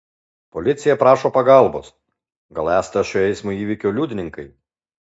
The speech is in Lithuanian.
policija prašo pagalbos gal esate šio eismo įvykio liudininkai